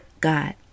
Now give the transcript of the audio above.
God